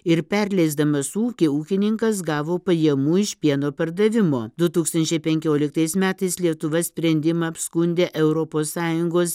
ir perleisdamas ūkį ūkininkas gavo pajamų iš pieno pardavimo du tūkstančiai penkioliktais metais lietuva sprendimą apskundė europos sąjungos